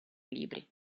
libri